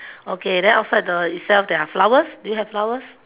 okay then outside the itself there are flowers do you have flowers